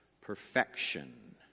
perfection